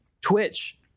Twitch